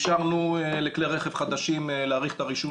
אפשרנו לכלי רכב חדשים להאריך את הרישום